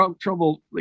trouble